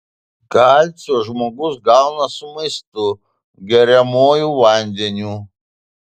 kalcio žmogus gauna su maistu geriamuoju vandeniu